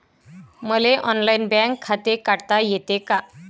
मले online bank खाते काढता येते का?